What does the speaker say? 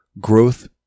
growth-